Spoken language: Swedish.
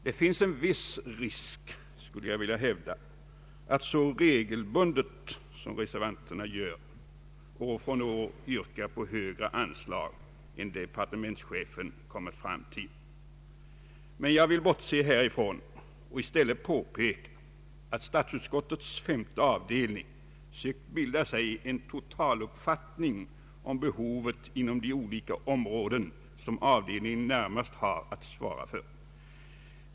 Jag skulle vilja hävda att det är en viss risk förenad med att så regelbundet som reservanterna gör år från år yrka på högre anslag än vad departementschefen kommit fram till. Men jag vill bortse härifrån och i stället påpeka att statsutskottets femte avdelning sökt bilda sig en totaluppfattning om behovet inom de olika områden som avdelningen närmast har att svara för.